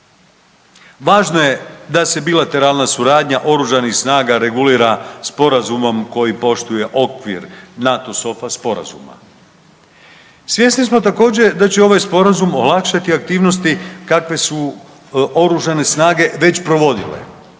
Važno je da se bilateralna suradnja OS-a regulira sporazumom koji poštuje okvir NATO SOFA sporazuma. Svjesni smo, također, da će ovaj Sporazum olakšati aktivnosti kakve su OS već provodile,